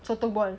sotong ball